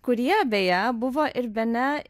kurie beje buvo ir bene